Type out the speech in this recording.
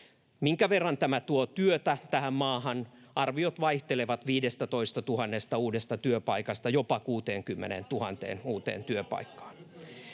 Minkä verran tämä tuo työtä tähän maahan? Arviot vaihtelevat 15 000 uudesta työpaikasta jopa 60 000 uuteen työpaikkaan.